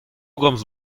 gomz